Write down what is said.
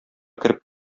кереп